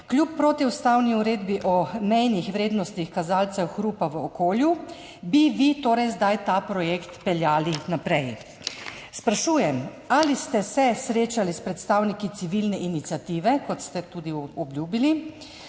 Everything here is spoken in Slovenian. kljub protiustavni uredbi o mejnih vrednostih kazalcev hrupa v okolju bi vi zdaj ta projekt peljali naprej. Sprašujem: Ali ste se srečali s predstavniki civilne iniciative, kot ste tudi obljubili?